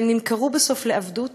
והם נמכרו בסוף לעבדות,